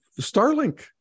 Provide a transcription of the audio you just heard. Starlink